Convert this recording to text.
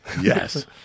Yes